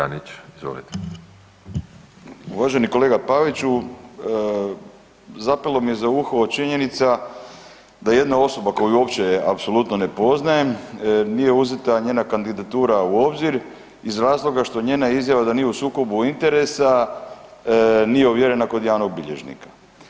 Uvaženi kolega Paviću zapelo mi je za uho činjenica da jedna osoba koju uopće apsolutno ne poznajem nije uzeta njena kandidatura u obzir iz razloga što njena izjava da nije u sukobu interesa nije ovjerena kod javnog bilježnika.